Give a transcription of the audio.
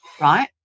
right